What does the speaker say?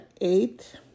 eight